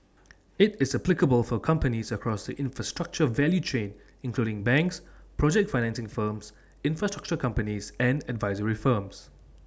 IT is applicable for companies across the infrastructure value chain including banks project financing firms infrastructure companies and advisory firms